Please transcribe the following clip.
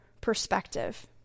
perspective